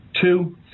Two